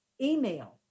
email